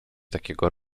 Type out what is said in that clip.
takiego